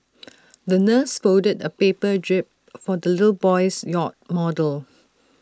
the nurse folded A paper jib for the little boy's yacht model